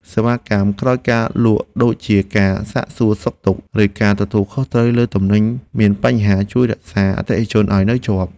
សេវាកម្មក្រោយការលក់ដូចជាការសាកសួរសុខទុក្ខ ឬការទទួលខុសត្រូវលើទំនិញមានបញ្ហា ជួយរក្សាអតិថិជនឱ្យនៅជាប់។